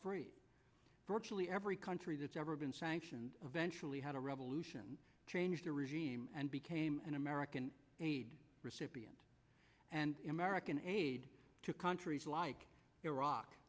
free virtually every country that's ever been sanctioned eventually had a revolution changed their regime and became an american aid recipient and american aid to countries like iraq